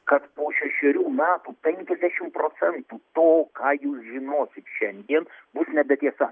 kad po šešerių metų penkiasdešim procentų to ką jūs žinosit šiandien bus nebe tiesa